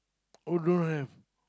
oh don't have